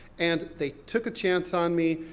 and they took a chance on me,